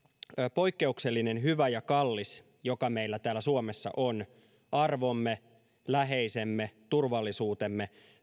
poikkeuksellinen hyvä ja kallis mikä meillä täällä suomessa on arvomme läheisemme turvallisuutemme